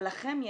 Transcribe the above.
אבל לכם,